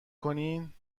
کنین